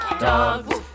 dogs